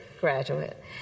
graduate